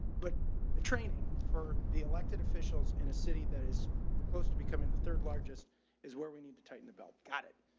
but training for the elected officials in a city that is close to becoming the third largest is where we need to tighten the belt. got it